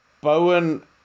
Bowen